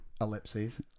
Ellipses